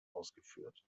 ausgeführt